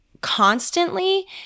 constantly